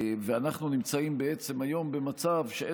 אנחנו בעצם נמצאים היום במצב שבו אין